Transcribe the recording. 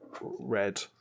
red